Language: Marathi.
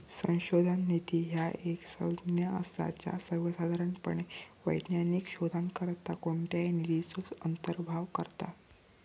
संशोधन निधी ह्या एक संज्ञा असा ज्या सर्वोसाधारणपणे वैज्ञानिक संशोधनाकरता कोणत्याही निधीचो अंतर्भाव करता